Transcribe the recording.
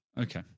okay